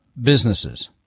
businesses